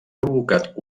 provocat